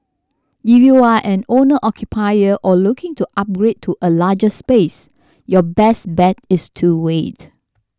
if you are an owner occupier or looking to upgrade to a larger space your best bet is to wait